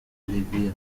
libya